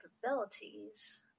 capabilities